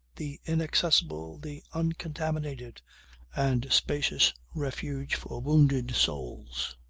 the inaccessible, the uncontaminated and spacious refuge for wounded souls.